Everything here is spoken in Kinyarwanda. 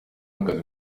akazi